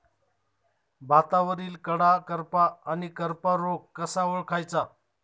भातावरील कडा करपा आणि करपा रोग कसा ओळखायचा?